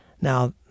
Now